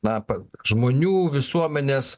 na pa žmonių visuomenės